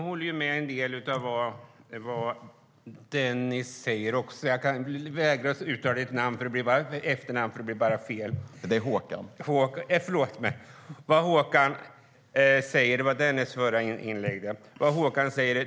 Herr talman! Jag håller med om en del av vad Håkan Svenneling säger.